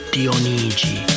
Dionigi